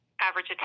average